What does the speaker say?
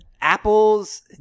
Apples